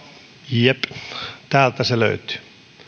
jep täältä se löytyy